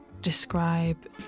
describe